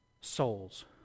souls